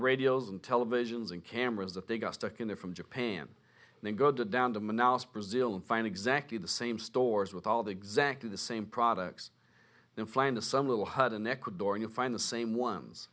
radios and televisions and cameras that they got stuck in there from japan and then go down to brazil and find exactly the same stores with all the exactly the same products then fly into some little hut in ecuador you'll find the same ones